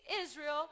Israel